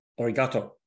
Origato